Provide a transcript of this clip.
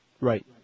Right